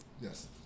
Yes